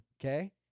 Okay